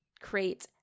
create